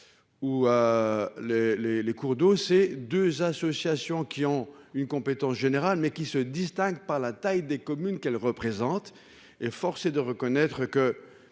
les les cours d'eau c'est 2 associations qui ont une compétence générale mais qui se distingue par la taille des communes qu'elle représente et force est de reconnaître que